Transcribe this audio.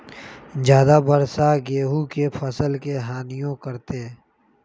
ज्यादा वर्षा गेंहू के फसल के हानियों करतै?